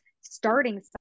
starting